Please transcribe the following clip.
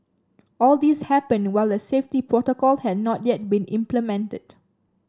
all this happened while the safety protocol had not yet been implemented